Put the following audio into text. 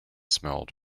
smelled